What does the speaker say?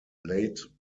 late